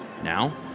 Now